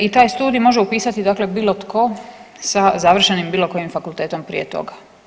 I taj studij može upisati dakle bilo tko sa završenim bilo kojim fakultetom prije toga.